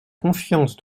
confiance